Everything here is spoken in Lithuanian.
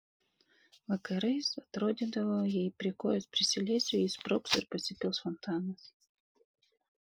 vakarais atrodydavo jei prie kojos prisiliesiu ji sprogs ir pasipils fontanas